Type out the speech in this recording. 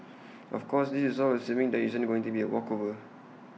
of course this is all assuming there isn't going to be A walkover